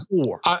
four